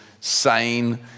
sane